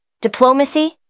Diplomacy